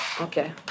Okay